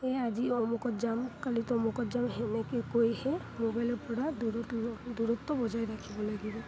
এই আজি অমুকত যাম কালি তমুকত যাম সেনেকৈ কৈহে মোবাইলৰ পৰা দূৰত্ব বজাই ৰাখিব লাগিব